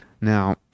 now